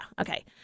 okay